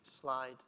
slide